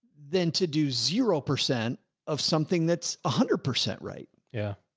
than to do zero percent of something that's a hundred percent, right? yeah.